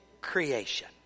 creation